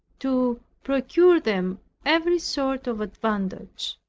to procure them every sort of advantage.